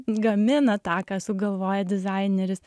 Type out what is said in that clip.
gamina tą ką sugalvoja dizaineris